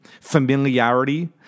familiarity